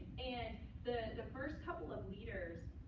and the the first couple of leaders,